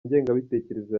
ingengabitekerezo